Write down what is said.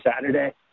Saturday